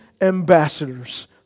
ambassadors